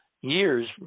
years